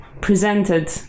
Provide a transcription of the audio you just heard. presented